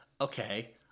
okay